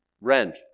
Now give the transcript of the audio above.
Rent